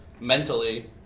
mentally